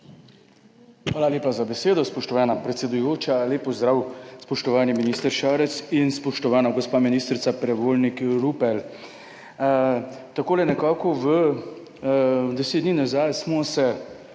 Hvala lepa za besedo, spoštovana predsedujoča. Lep pozdrav, spoštovani minister Šarec in spoštovana gospa ministrica Prevolnik Rupel! Deset dni nazaj smo se